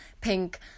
pink